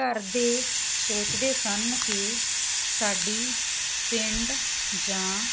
ਘਰ ਦੇ ਸੋਚਦੇ ਸਨ ਕਿ ਸਾਡੀ ਪਿੰਡ ਜਾਂ